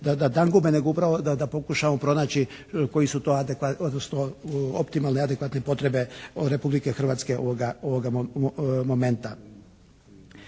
da dangube, nego upravo da pokušamo pronaći koji su to adekvatni, odnosno optimalne, adekvatne potrebe Republike Hrvatske ovoga momenta.